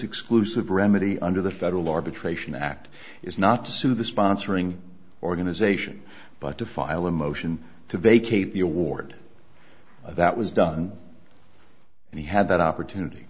exclusive remedy under the federal arbitration act is not to sue the sponsoring organization but to file a motion to vacate the award that was done and he had that opportunity